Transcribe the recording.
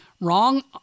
Wrong